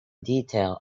detail